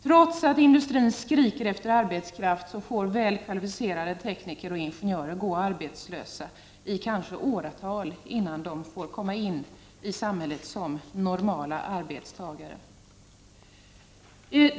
Trots att industrin skriker efter arbetskraft får välkvalificerade tekniker och ingenjörer gå arbetslösa, kanske i åratal, innan de får komma in i samhället som normala arbetstagare.